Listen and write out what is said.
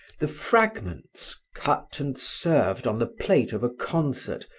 the fragments, cut and served on the plate of a concert,